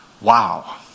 Wow